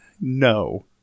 No